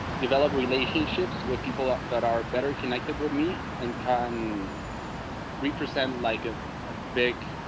develop relationships with people ah that are better connected with me and can represent like a big,